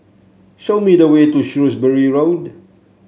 show me the way to Shrewsbury Road